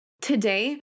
Today